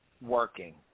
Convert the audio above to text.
working